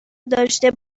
داشته